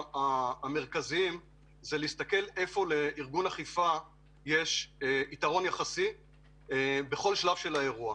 המרכזיים זה להסתכל איפה לארגון האכיפה יש יתרון יחסי בכל שלב של האירוע.